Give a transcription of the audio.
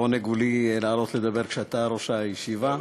לעונג לי לעלות לדבר כשאתה יושב-ראש הישיבה.